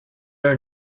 are